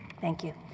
thank you.